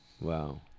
Wow